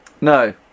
No